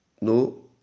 no